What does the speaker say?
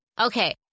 Okay